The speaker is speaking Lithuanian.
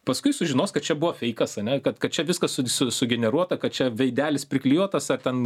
paskui sužinos kad čia buvo feikas ane kad kad čia viskas su su sugeneruota kad čia veidelis priklijuotas ar ten